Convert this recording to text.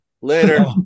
later